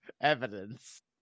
evidence